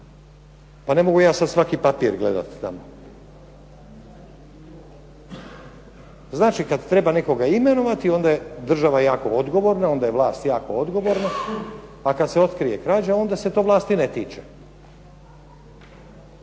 Pa ne mogu ja sad svaki papir gledati tamo. Znači kad treba nekoga imenovati, onda je država jako odgovorna, onda je vlast jako odgovorna, a kad se otkrije krađa, onda se to vlasti ne tiče.